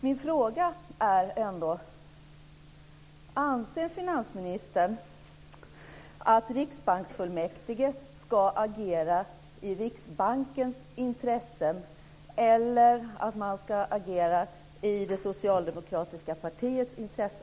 Min fråga är: Anser finansministern att Riksbanksfullmäktige ska agera i Riksbankens intresse eller i det socialdemokratiska partiets intresse?